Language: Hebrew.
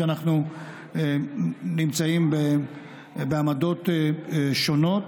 שאנחנו נמצאים בעמדות שונות.